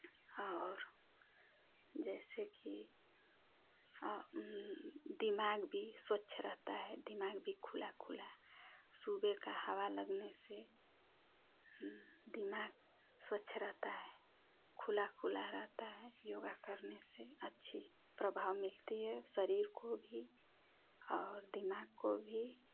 और जैसे कि दिमाग भी स्वच्छ रहता है दिमाग भी खुला खुला सुबह का हवा लगने से दिमाग स्वच्छ रहता है खुला खुला रहता है योगा करने से अच्छी प्रभाव मिलती है शरीर को भी और दिमाग को भी